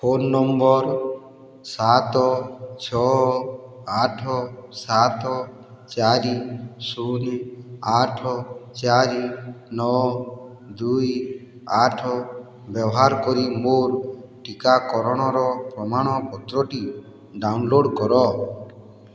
phone number ସାତ ଛଅ ଆଠ ସାତ ଚାରି ଶୂନ ଆଠ ଚାରି ନଅ ଦୁଇ ଆଠ ବ୍ୟବହାର କରି ମୋର ଟିକାକରଣର ପ୍ରମାଣପତ୍ରଟି ଡାଉନଲୋଡ଼୍ କର